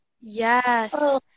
Yes